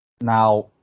Now